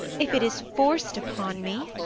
if it is forced upon me.